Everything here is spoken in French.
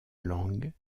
langue